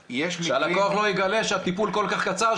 שהלקוח לא יגלה שהטיפול כל כך קצר,